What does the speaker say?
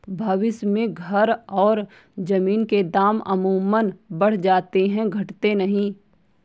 भविष्य में घर और जमीन के दाम अमूमन बढ़ जाते हैं घटते नहीं